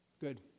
Good